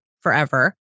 forever